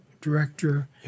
director